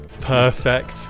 Perfect